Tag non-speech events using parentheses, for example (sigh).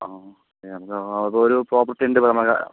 ആ (unintelligible) അപ്പോൾ ഒരു പ്രോപ്പർട്ടി ഉണ്ട് (unintelligible)